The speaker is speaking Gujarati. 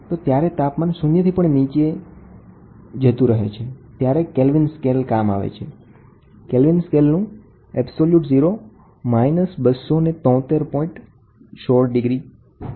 તો જ્યારે તાપમાન શૂન્યથી પણ નીચે જ હોય છે ત્યારે કેલ્વીન સ્કેલ કામ આવે છે